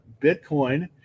Bitcoin